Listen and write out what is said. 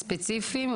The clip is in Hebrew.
ספציפיים,